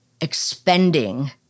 expending